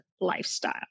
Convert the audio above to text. lifestyle